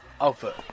Alpha